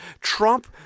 Trump